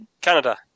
Canada